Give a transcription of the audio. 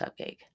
cupcake